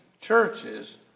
churches